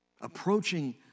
approaching